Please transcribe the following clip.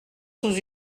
sous